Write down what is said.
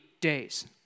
days